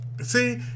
See